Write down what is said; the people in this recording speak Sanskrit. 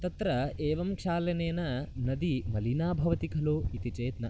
तत्र एवं क्षालनेन नदी मलिना भवति खलु इति चेत् न